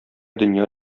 дөнья